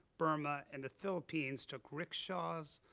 burma and the philippines took rickshaws,